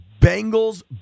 Bengals